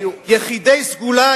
יחידי סגולה,